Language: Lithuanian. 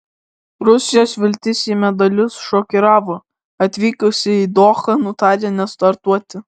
rusijos viltis į medalius šokiravo atvykusi į dohą nutarė nestartuoti